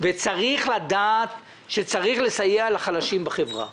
וצריך לדעת שצריך לסייע לחלשים בחברה.